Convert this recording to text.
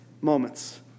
moments